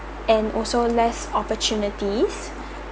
and also less opportunities